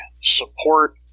support